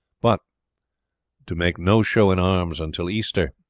but to make no show in arms until easter,